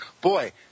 boy